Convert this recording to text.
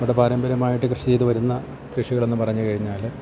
ഇവിടെ പാരമ്പര്യമായിട്ട് കൃഷി ചെയ്ത് വരുന്ന കൃഷികളെന്ന് പറഞ്ഞ് കഴിഞ്ഞാൽ